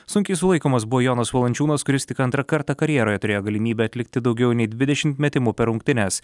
sunkiai sulaikomas buvo jonas valančiūnas kuris tik antrą kartą karjeroje turėjo galimybę atlikti daugiau nei dvidešimt metimų per rungtynes